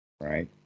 Right